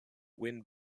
wind